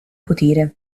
potere